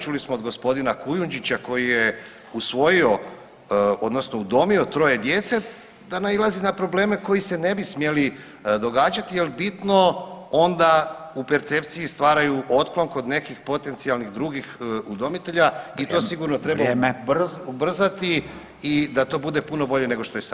Čuli smo od gospodina Kujundžića koji je usvojio odnosno udomio 3 djece da nailazi na probleme koji se ne bi smjeli događati jer bitno onda u percepciji stvaraju otklon kod nekih potencijalnih drugih udomitelja i to sigurno [[Upadica: Vrijeme.]] ubrzati i da to bude puno bolje nego što je sada.